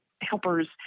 helpers